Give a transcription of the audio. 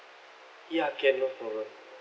ya can no problem